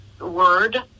word